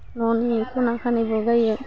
न'नि ख'ना खानिबो गायो